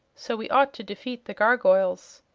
so we ought to defeat the gargoyles.